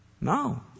No